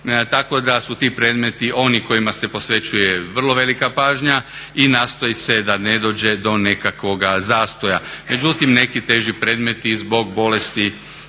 Tako da su ti predmeti oni kojima se posvećuje vrlo velika pažnja i nastoji se da ne dođe do nekakvoga zastoja. Međutim, neki teži predmeti zbog bolesti